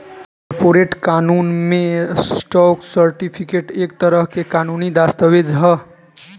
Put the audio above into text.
corporate कानून में, stock certificate एक तरह के कानूनी दस्तावेज ह